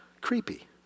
creepy